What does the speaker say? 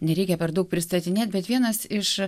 nereikia per daug pristatinėt bet vienas iš